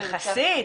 יחסית.